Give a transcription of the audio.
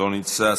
לא נמצא.